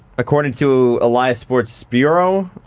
according to elias sports bureau